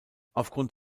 aufgrund